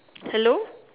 hello